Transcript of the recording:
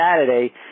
Saturday